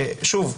שוב,